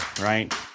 right